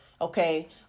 okay